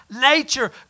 nature